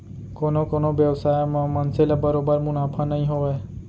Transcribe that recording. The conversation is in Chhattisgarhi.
कोनो कोनो बेवसाय म मनसे ल बरोबर मुनाफा नइ होवय